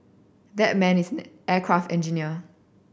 that man is aircraft engineer